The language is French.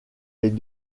les